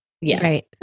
yes